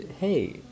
hey